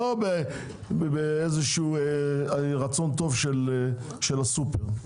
לא באיזשהו רצון טוב של הסופר.